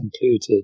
included